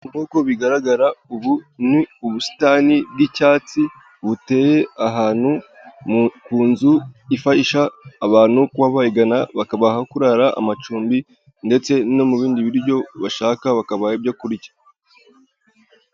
Nk'uko bigaragara ubu ni ubusitani bw'icyatsi buteye ahantu ku nzu ifasha abantu kuba bayigana bakabaha aho kurara amacumbi ndetse no mu bindi biryo bashaka bakabaha ibyo kurya.